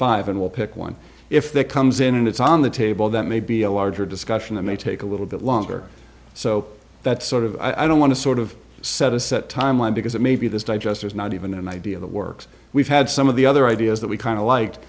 five and we'll pick one if that comes in and it's on the table that may be a larger discussion that may take a little bit longer so that sort of i don't want to sort of set a set timeline because it may be this digest is not even an idea that works we've had some of the other ideas that we kind of li